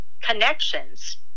connections